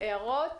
יש הערות?